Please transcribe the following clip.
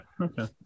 Okay